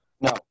no